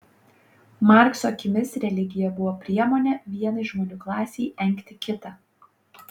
markso akimis religija buvo priemonė vienai žmonių klasei engti kitą